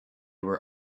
were